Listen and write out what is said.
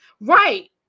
Right